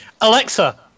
Alexa